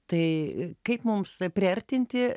tai kaip mums priartinti